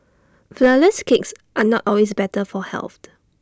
Flourless Cakes are not always better for health